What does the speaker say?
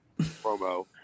promo